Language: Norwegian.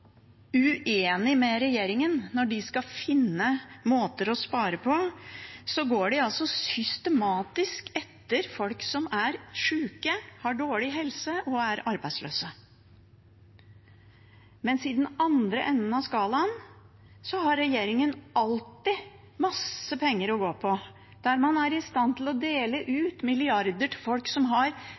uenig med regjeringen. Når de skal finne måter å spare på, går de systematisk etter folk som er syke, har dårlig helse og er arbeidsløse. Mens i den andre enden av skalaen har regjeringen alltid masse penger å gå på. Der er man i stand til å dele ut milliarder til folk som har